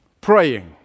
praying